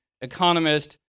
economist